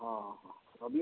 ہاں ہاں ابھی